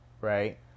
right